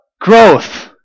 growth